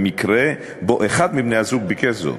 במקרה שבו אחד מבני-הזוג ביקש זאת,